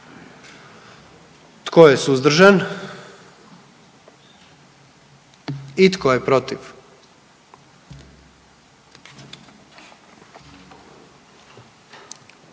Tko je suzdržan? I tko je protiv?